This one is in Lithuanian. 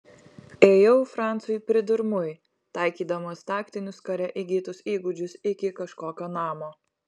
ėjau francui pridurmui taikydamas taktinius kare įgytus įgūdžius iki kažkokio namo